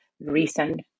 recent